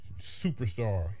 superstar